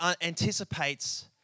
anticipates